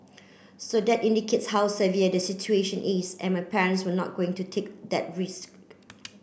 so that indicates how severe the situation is and my parents were not going to take that risk